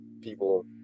people